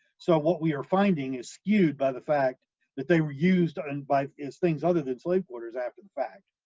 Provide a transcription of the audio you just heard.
so what we are finding is skewed by the fact that they were used ah and by as things other than slave quarters after the fact,